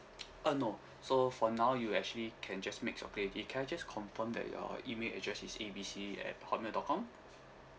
uh no so for now you actually can just make your claims already can I just confirm that your email address is A B C at hotmail dot com